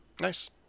nice